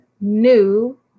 new